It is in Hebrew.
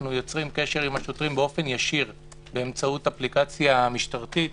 אנחנו יוצרים קשר עם השוטרים באופן ישיר באמצעות אפליקציה משטרתית,